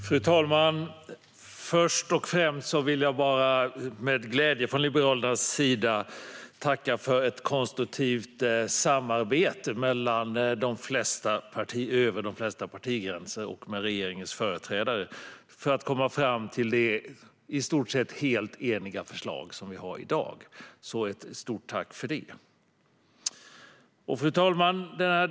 Fru talman! Först och främst vill jag med glädje från Liberalernas sida tacka för ett konstruktivt samarbete över de flesta partigränser och med regeringens företrädare för att komma fram till det förslag som vi har i dag och som vi är i stort sett eniga om. Ett stort tack för det! Fru talman!